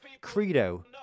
Credo